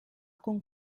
con